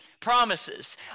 Promises